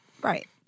Right